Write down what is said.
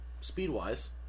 speed-wise